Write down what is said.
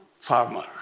farmer